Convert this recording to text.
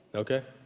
okay.